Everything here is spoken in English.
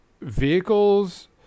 vehicles